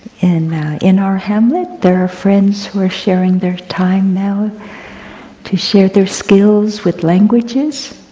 in in our hamlet, there are friends who are sharing their time now to share their skills with languages.